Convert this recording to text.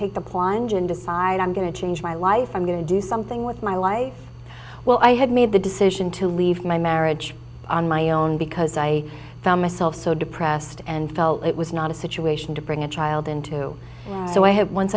take the plunge and decide i'm going to change my life i'm going to do something with my life well i had made the decision to leave my marriage on my own because i found myself so depressed and felt it was not a situation to bring a child into so i had once